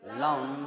long